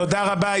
תודה רבה.